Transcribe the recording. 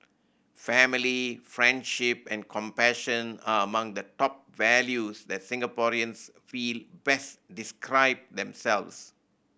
family friendship and compassion are among the top values that Singaporeans feel best describe themselves